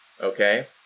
Okay